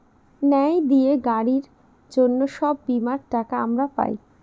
ন্যায় দিয়ে গাড়ির জন্য সব বীমার টাকা আমরা পাই